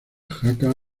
jaca